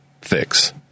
fix